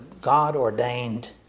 God-ordained